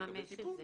לממש את זה.